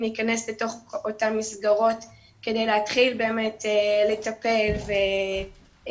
להיכנס לתוך אותן מסגרות כדי להתחיל באמת לטפל ולהנחות,